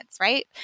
right